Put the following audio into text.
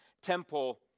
temple